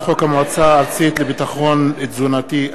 מטעם הכנסת: הצעת חוק המועצה הארצית לביטחון תזונתי,